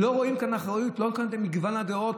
לא רואים כאן אחריות למגוון הדעות.